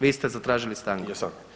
Vi ste zatražili stanku?